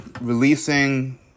releasing